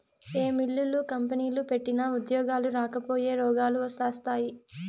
ఏ మిల్లులు, కంపెనీలు పెట్టినా ఉద్యోగాలు రాకపాయె, రోగాలు శాస్తాయే